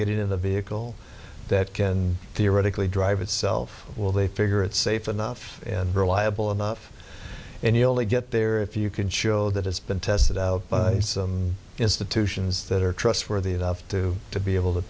getting to the vehicle that can theoretically drive itself will they figure it's safe enough and reliable enough and you only get there if you can show that it's been tested out by some institutions that are trustworthy enough to to be able to